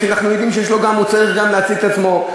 ואנחנו יודעים שהוא צריך גם להציג את עצמו,